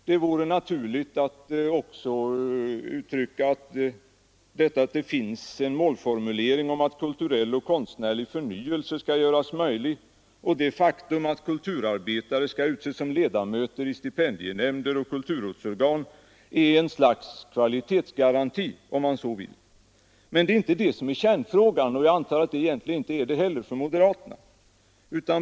Men att målformuleringen om att kulturell och konstnärlig förnyelse skall göras möjlig och det faktum att kulturarbetare skall utses som ledamöter i stipendienämnder och kulturrådsorgan är ett slags kvalitetsgaranti. Det är dock inte det som är kärnfrågan, och jag antar att det egentligen inte heller är det för moderaterna.